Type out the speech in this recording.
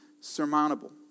surmountable